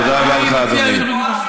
תודה רבה לך, אדוני.